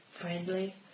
friendly